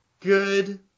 Good